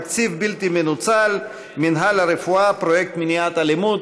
תקציב בלתי מנוצל: מינהל הרפואה: פרויקט מניעת אלימות.